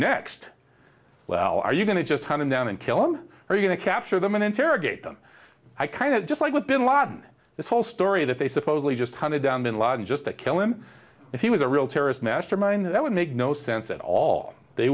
next well are you going to just hunted down and kill them or are going to capture them and interrogate them i kind of just like with bin ladin this whole story that they supposedly just hunted down bin laden just to kill him if he was a real terrorist mastermind that would make no sense at all they